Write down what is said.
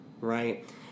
Right